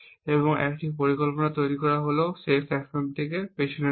এবং একটি পরিকল্পনা তৈরি করাও শেষ অ্যাকশন থেকে পিছনের দিকে